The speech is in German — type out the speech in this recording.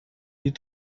die